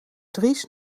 dries